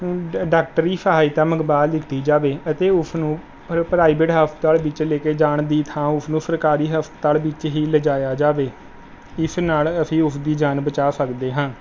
ਡ ਡਾਕਟਰੀ ਸਹਾਇਤਾ ਮੰਗਵਾ ਦਿੱਤੀ ਜਾਵੇ ਅਤੇ ਉਸਨੂੰ ਪ੍ਰਾਈਵੇਟ ਹਸਤਪਾਲ ਵਿੱਚ ਲੈ ਕੇ ਜਾਣ ਦੀ ਥਾਂ ਉਸਨੂੰ ਸਰਕਾਰੀ ਹਸਪਤਾਲ ਵਿੱਚ ਹੀ ਲਿਜਾਇਆ ਜਾਵੇ ਇਸ ਨਾਲ ਅਸੀਂ ਉਸਦੀ ਜਾਨ ਬਚਾ ਸਕਦੇ ਹਾਂ